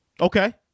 Okay